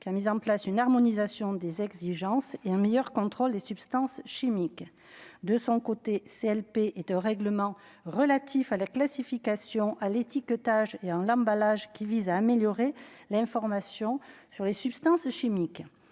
qui a mis en place une harmonisation des exigences et un meilleur contrôle des substances chimiques, de son côté CLP et de règlements relatifs à la classification à l'étiquetage et en l'emballage qui vise à améliorer l'information sur les substances chimiques